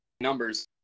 numbers